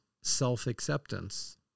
self-acceptance